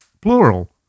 plural